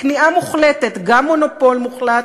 כניעה מוחלטת: גם מונופול מוחלט,